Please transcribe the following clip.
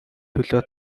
төлөө